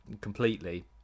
completely